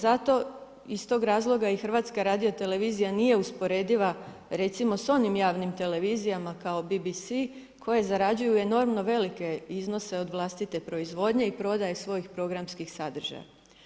Zato iz tog razloga i HRT nije usporediva recimo s onim javnim televizijama kao BBC koji zarađuju enormno velike iznose od vlastite proizvodnje i prodaje svojih programskih sadržaja.